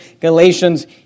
Galatians